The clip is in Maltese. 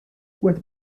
wieħed